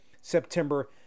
September